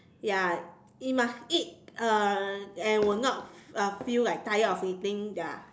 ya it must eat uh and will not uh feel like tired of eating ya